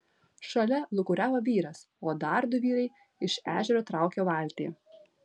šalia lūkuriavo vyras o dar du vyrai iš ežero traukė valtį